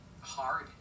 hard